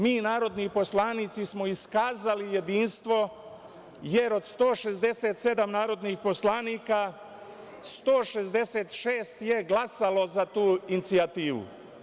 Mi narodni poslanici smo iskazali jedinstvo jer od 167 narodnih poslanika 166 je glasalo za tu inicijativu.